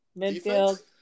Midfield